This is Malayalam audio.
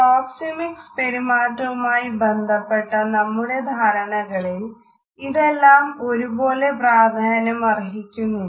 പ്രോക്സെമിക്സ് പെരുമാറ്റവുമായി ബന്ധപ്പെട്ട നമ്മുടെ ധാരണകളിൽ ഇതെല്ലാം ഒരുപോലെ പ്രാധാന്യമർഹിക്കുന്നില്ല